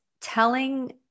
Telling